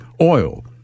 Oil